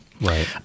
right